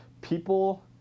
people